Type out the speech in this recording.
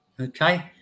Okay